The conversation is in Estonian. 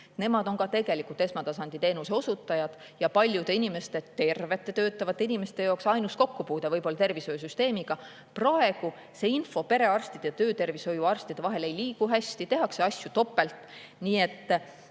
Nemad on ka tegelikult esmatasandi teenuse osutajad ja paljude inimeste, tervete töötavate inimeste jaoks võib-olla ainus kokkupuude tervishoiusüsteemiga. Praegu see info perearstide ja töötervishoiuarstide vahel ei liigu hästi, tehakse asju topelt. Kui me